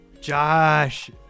Josh